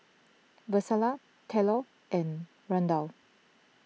Vlasta Tylor and Randal